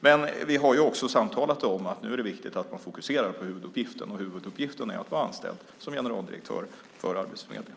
Men vi har också samtalat om att det nu är viktigt att hon fokuserar på huvudgiften, och huvuduppgiften är att vara anställd som generaldirektör för Arbetsförmedlingen.